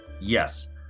Yes